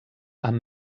amb